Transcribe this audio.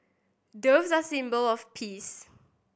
doves are a symbol of peace